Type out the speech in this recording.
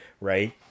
Right